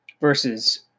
versus